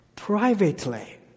Privately